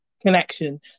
connection